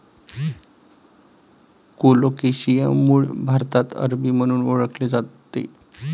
colocasia मूळ भारतात अरबी म्हणून ओळखले जाते